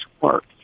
work